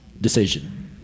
decision